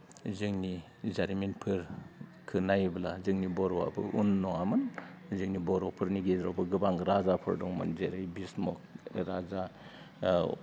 जोंनि जारिमिनफोरखो नायोब्ला जोंनि बर'आबो उन नङामोन जोंनि बर'फोरनि गेजेरावबो गोबां राजाफोर दङमोन जेरै भीस्म' राजा